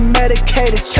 medicated